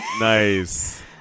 Nice